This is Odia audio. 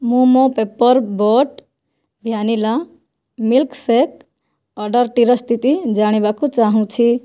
ମୁଁ ମୋ Paper Boat vanilla milkshake ଅର୍ଡ଼ର୍ଟିର ସ୍ଥିତି ଜାଣିବାକୁ ଚାହୁଁଛି